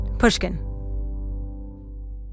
Pushkin